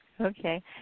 Okay